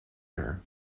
her